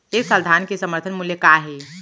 ए साल धान के समर्थन मूल्य का हे?